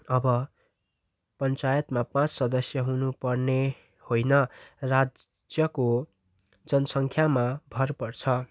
अब पञ्चायतमा पाँच सदस्य हुनु पर्ने होइन राज्यको जनसङ्ख्यामा भर पर्छ